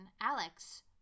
Alex